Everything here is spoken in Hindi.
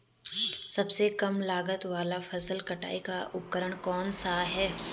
सबसे कम लागत वाला फसल कटाई का उपकरण कौन सा है?